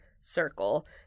circle